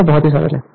यह बहुत ही सरल है